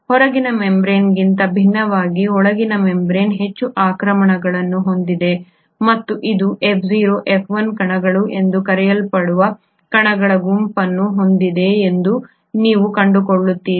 ಹೊರಗಿನ ಮೆಂಬರೇನ್ಗಿಂತ ಭಿನ್ನವಾಗಿ ಒಳಗಿನ ಮೆಂಬರೇನ್ ಹೆಚ್ಚು ಆಕ್ರಮಣಗಳನ್ನು ಹೊಂದಿದೆ ಮತ್ತು ಇದು F0 F1 ಕಣಗಳು ಎಂದು ಕರೆಯಲ್ಪಡುವ ಕಣಗಳ ಗುಂಪನ್ನು ಹೊಂದಿದೆ ಎಂದು ನೀವು ಕಂಡುಕೊಳ್ಳುತ್ತೀರಿ